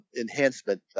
enhancement